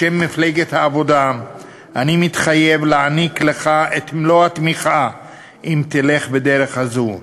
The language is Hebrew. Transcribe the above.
בשם מפלגת העבודה אני מתחייב להעניק לך את מלוא התמיכה אם תלך בדרך זו.